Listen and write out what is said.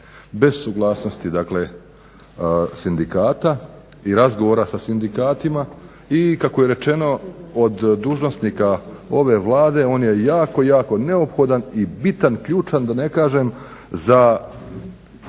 Bez suglasnosti dakle sindikata i razgovora sa sindikatima i kako je rečeno od dužnosnika ove Vlade on je jako, jako neophodan i bitan, ključan da ne kažem, za